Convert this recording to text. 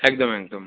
একদম একদম